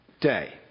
day